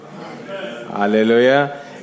Hallelujah